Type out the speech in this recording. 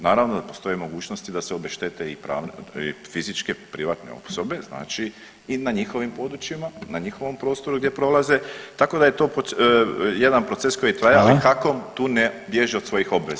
Naravno da postoji mogućnosti da se obeštete i fizičke privatne osobe znači i na njihovim područjima, na njihovom prostoru gdje prolaze tako da je to jedan proces koji traje [[Upadica Reiner: Hvala.]] ali HAKOM tu ne bježi od svojih obveza.